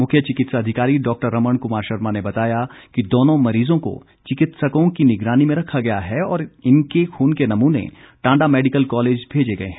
मुख्य चिकित्सा अधिकारी डॉक्टर रमण कुमार शर्मा ने बताया कि दोनों मरीजों को चिकित्सकों की निगरानी में रखा गया है और इनके खून के नमूने टांडा मैडिकल कॉलेज भेजे गए हैं